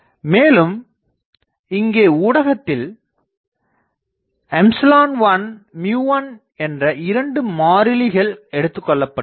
மேலும் இங்கே ஊடகத்தில் ε1 μ1 என்ற 2 மாறிலிகள் எடுத்துக்கொள்ளப்படுகிறது